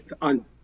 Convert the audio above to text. on